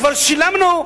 כבר שילמנו,